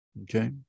Okay